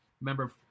Remember